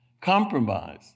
Compromise